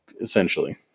Essentially